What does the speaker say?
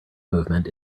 movement